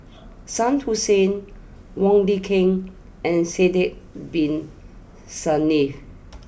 Shah Hussain Wong Lin Ken and Sidek Bin Saniff